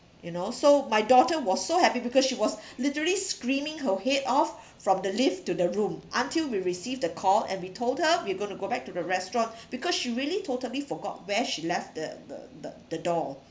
you know so my daughter was so happy because she was literally screaming her head off from the lift to the room until we received the call and we told her we're gonna go back to the restaurants because she really totally forgot where she left the the the doll